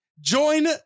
Join